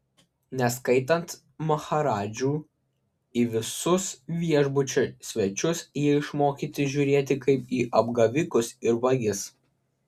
neskaitant maharadžų į visus viešbučio svečius jie išmokyti žiūrėti kaip į apgavikus ir vagis